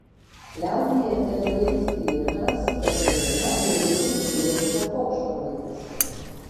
liaudyje tebegajus prietaras kad rudeniop gegutės virsta paukštvanagiais